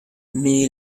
mais